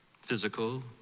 physical